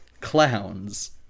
clowns